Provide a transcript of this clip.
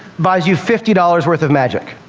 buys you fifty dollars worth of magic,